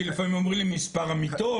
לא, כי לפעמים אומרים לי מספר המיטות.